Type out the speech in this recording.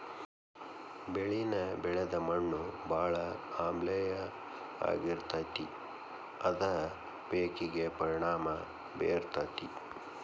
ಬೆಳಿನ ಬೆಳದ ಮಣ್ಣು ಬಾಳ ಆಮ್ಲೇಯ ಆಗಿರತತಿ ಅದ ಪೇಕಿಗೆ ಪರಿಣಾಮಾ ಬೇರತತಿ